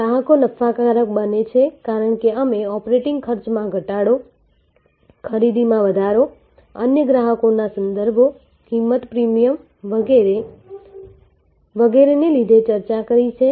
ગ્રાહકો નફાકારક બને છે કારણ કે અમે ઓપરેટિંગ ખર્ચમાં ઘટાડો ખરીદીમાં વધારો અન્ય ગ્રાહકોના સંદર્ભો કિંમત પ્રીમિયમ વગેરેને લીધે ચર્ચા કરી છે